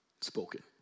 spoken